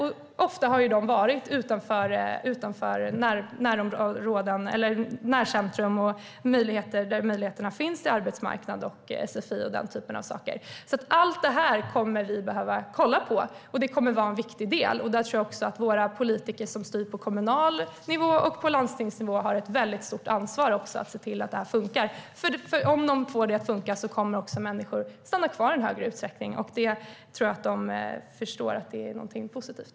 Och de har ofta hittats utanför närcentrum, där arbetsmarknad, möjligheter till sfi och den typen av saker finns. Allt det här kommer vi att behöva kolla på. Det kommer att vara en viktig del. Våra politiker som styr på kommunal nivå och landstingsnivå har också ett stort ansvar för att se till att det fungerar. Om de får det att fungera kommer människor också att stanna kvar i en högre utsträckning. Jag tror att politikerna förstår att det är något positivt.